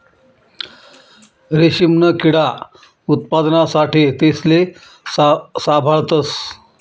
रेशीमना किडा उत्पादना साठे तेसले साभाळतस